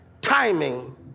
timing